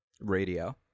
Radio